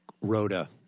Rhoda